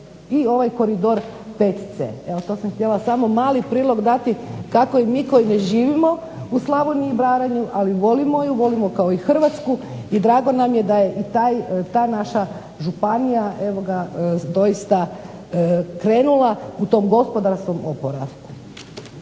i ovaj Koridor VC. Evo to sam htjela samo mali prilog dati kako i mi koji ne živimo u Slavoniji i Baranji, ali volimo je, volimo kao i Hrvatsku i drago nam je da je i ta naša županija evo ga doista krenula u tom gospodarskom oporavku.